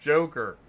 Joker